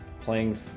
playing